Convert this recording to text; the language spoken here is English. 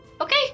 okay